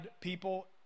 people